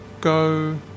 go